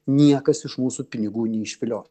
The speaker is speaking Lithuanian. niekas iš mūsų pinigų neišvilios